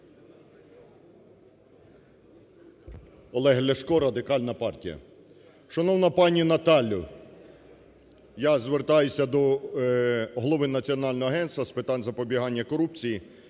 Олег Ляшко, Радикальна партія. Шановна пані Наталю! Я звертаюся до голови Національного агентства з питань запобігання корупції.